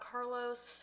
Carlos